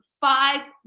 five